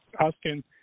asking